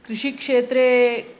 कृषिक्षेत्रे